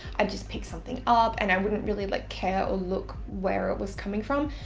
i'd just pick something up, and i wouldn't really like care or look where it was coming from,